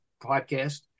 podcast